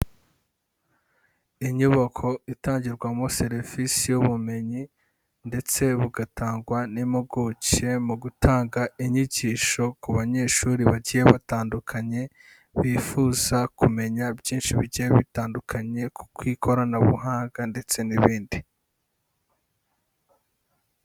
Inyubako itangirwamo serivisi y'ubumenyi, ndetse bugatangwa n'impuguke mu gutanga inyigisho ku banyeshuri bagiye batandukanye bifuza kumenya byinshi bigiye bitandukanye ku ikoranabuhanga ndetse n'ibindi.